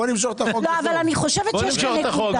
אני חושבת שיש כאן נקודה.